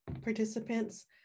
participants